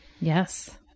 Yes